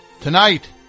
Tonight